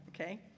Okay